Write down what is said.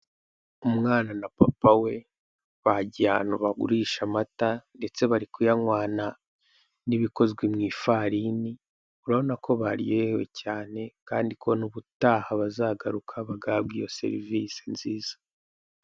Umwana na papa we bagiye ahantu bagurisha amata ndetse bari kuyanywana n'ibikozwe mu ifarini. Urabona ko baryohewe cyane kandi ko n'ubutaha bazagaruka bagahabwa iyo serivise nziza.